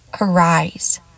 arise